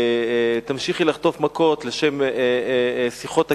תמשיכי לחטוף מכות לשם שיחות הקרבה,